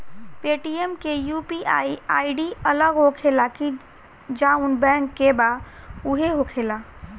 Paytm के UPI ID अलग होखेला की जाऊन बैंक के बा उहे होखेला?